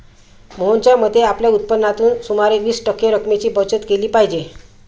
मोहनच्या मते, आपल्या उत्पन्नातून सुमारे वीस टक्के रक्कमेची बचत केली पाहिजे